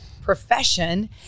profession